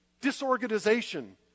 disorganization